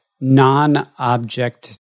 non-object